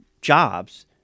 jobs